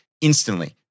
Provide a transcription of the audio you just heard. instantly